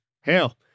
Hell